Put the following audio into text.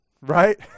right